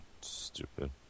Stupid